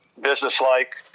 businesslike